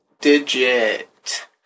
digit